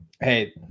hey